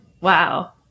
Wow